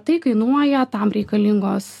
tai kainuoja tam reikalingos